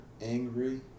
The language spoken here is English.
angry